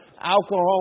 alcohol